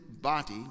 body